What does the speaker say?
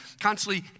constantly